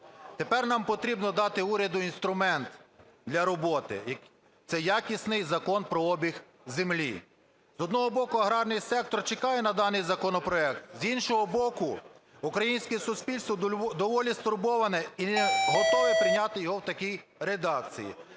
Тепер нам потрібно дати уряду інструмент для роботи – це якісний Закон про обіг землі. З одного боку, аграрний сектор чекає на даний законопроект, з іншого боку, українське суспільство доволі стурбоване і не готове його прийняти в такій редакції.